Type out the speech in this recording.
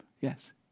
Yes